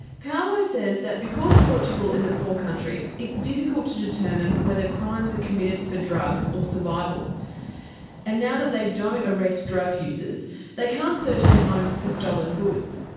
paulo says that because portugal is a poor country it's difficult to determine whether crimes are committed for drugs or survival and now that they don't arrest drug users they can't search their homes for stolen goods.